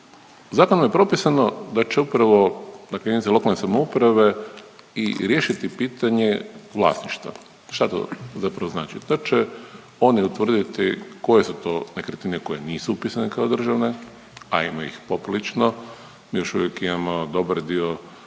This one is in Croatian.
Zakonom je propisano da će upravo, dakle jedinice lokalne samouprave i riješiti pitanje vlasništva. Šta to zapravo znači? Da će oni utvrditi koje su to nekretnine koje nisu upisane kao državne, a ima ih poprilično, mi još uvijek imamo dobar dio